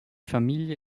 familie